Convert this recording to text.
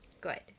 Good